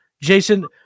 Jason